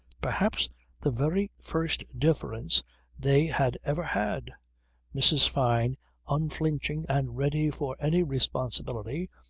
perhaps the very first difference they had ever had mrs. fyne unflinching and ready for any responsibility,